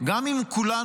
גם עם כולנו,